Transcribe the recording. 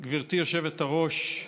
היושבת-ראש, לפני כמה